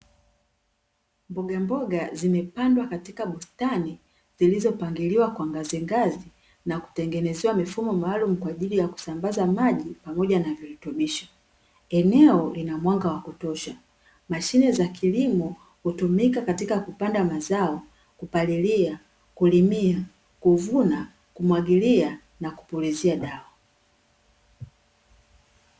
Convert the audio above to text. Mbogamboga zimepandwa katika bustani zilizopangiliwa kwa ngazi ngazi na kutengenezewa mifumo maalumu kwa ajili ya kusambaza maji pamoja na virutubisho, eneo lina mwanga wa kutosha, mashine za kilimo hutumika katika kupanda mazao, kupalilia, kulimia, kuvuna , kumwagilia na kupulizia dawa.